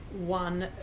One